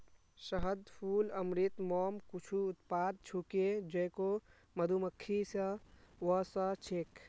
शहद, फूल अमृत, मोम कुछू उत्पाद छूके जेको मधुमक्खि स व स छेक